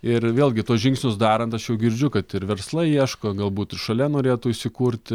ir vėlgi tuos žingsnius darant aš jau girdžiu kad ir verslai ieško galbūt ir šalia norėtų įsikurti